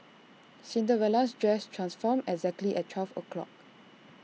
Cinderella's dress transformed exactly at twelve O clock